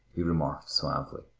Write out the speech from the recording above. he remarked suavely.